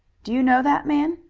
do you know that man?